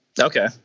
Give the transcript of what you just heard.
okay